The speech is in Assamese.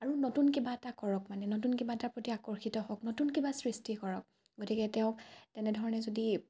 আৰু নতুন কিবা এটা কৰক মানে নতুন কিবা এটাৰ প্ৰতি আকৰ্ষিত হওক নতুন কিবা সৃষ্টি কৰক গতিকে তেওঁক তেনেধৰণে যদি